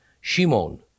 Shimon